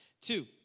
Two